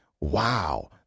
wow